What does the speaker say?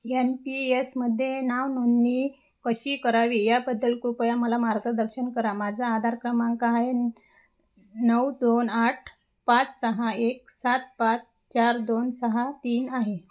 N P यसमध्ये नावनोंदणी कशी करावी याबद्दल कृपया मला मार्गदर्शन करा माझा आधार क्रमांक आहे नऊ दोन आठ पाच सहा एक सात पाच चार दोन सहा तीन आहे